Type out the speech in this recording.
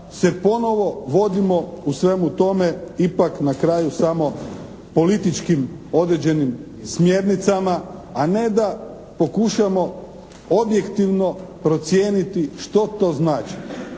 se ponovo vodimo u svemu tome ipak na kraju samo političkim određenim smjernicama a ne da pokušamo objektivno procijeniti što to znači